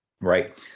Right